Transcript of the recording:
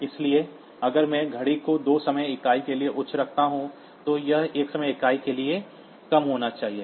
इसलिए अगर मैं घड़ी को दो समय इकाइयों के लिए उच्च रखता हूं तो यह एक समय इकाई के लिए कम होना चाहिए